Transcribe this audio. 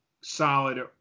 solid